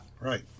Right